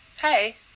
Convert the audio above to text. hey